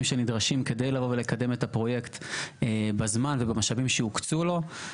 שנדרשים כדי לבוא ולקדם את הפרויקט בזמן ובמשאבים שהוקצו לו,